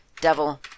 Devil